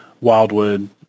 Wildwood